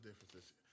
differences